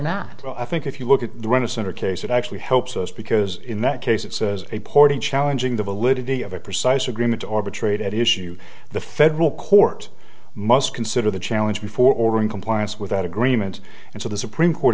not i think if you look at the right of center case it actually helps us because in that case it says a party challenging the validity of a precise agreement or betrayed at issue the federal court must consider the challenge before ordering compliance without agreement and so the supreme court